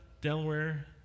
Delaware